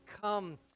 come